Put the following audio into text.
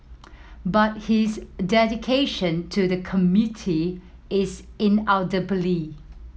but his dedication to the community is